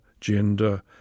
gender